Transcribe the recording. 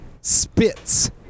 spits